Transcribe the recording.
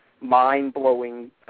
mind-blowing